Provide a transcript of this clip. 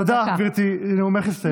תודה, גברתי, נאומך הסתיים.